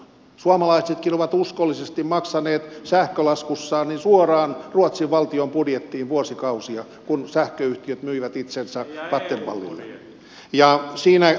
suomalaisetkin ovat uskollisesti maksaneet sähkölaskussaan suoraan ruotsin valtion budjettiin vuosikausia kun sähköyhtiöt myivät itsensä vattenfallille